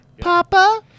Papa